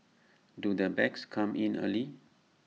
do the bags come in early